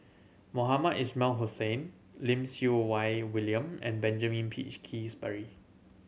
Mohamed Ismail Hussain Lim Siew Wai William and Benjamin Peach Keasberry